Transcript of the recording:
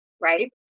right